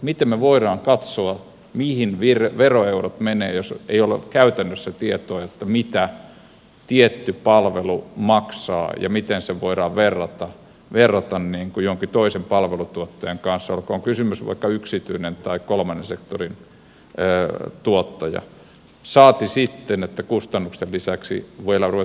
miten me voimme katsoa mihin veroeurot menevät jos ei ole käytännössä tietoa mitä tietty palvelu maksaa ja miten sitä voidaan verrata jonkin toisen palveluntuottajan kanssa olkoon kysymyksessä vaikka yksityinen tai kolmannen sektorin tuottaja saati sitten että kustannusten lisäksi vielä ruvettaisiin keskustelemaan laadusta